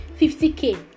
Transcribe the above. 50K